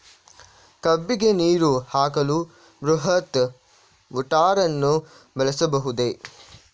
ಕಬ್ಬಿಗೆ ನೀರು ಹಾಕಲು ಬೃಹತ್ ಮೋಟಾರನ್ನು ಬಳಸಬಹುದೇ?